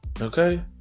okay